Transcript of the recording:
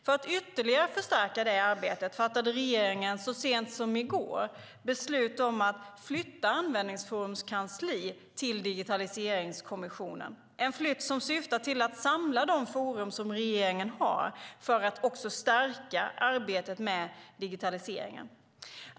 För att ytterligare förstärka det arbetet fattade regeringen så sent som i går beslut om att flytta Användningsforums kansli till Digitaliseringskommissionen - en flytt som syftar till att samla de forum som regeringen har för att också stärka arbetet med digitaliseringen.